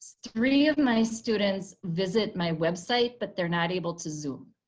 three of my students visit my website but they're not able to zoom.